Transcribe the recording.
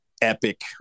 epic